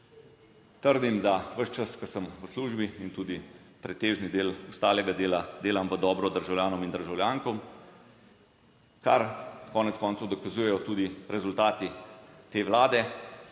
Trdim, da ves čas, ko sem v službi, in tudi pretežni del ostalega dela delam v dobro državljanom in državljankam, kar konec koncev dokazujejo tudi rezultati te Vlade,